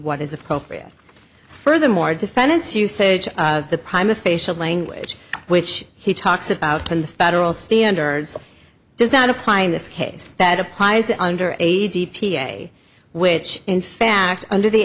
what is appropriate furthermore defendant's usage the prime official language which he talks about in the federal standards does not apply in this case that applies under age d p a which in fact under the